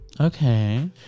Okay